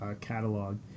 catalog